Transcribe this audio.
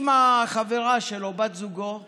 עם החברה שלו, בת זוגו עדן,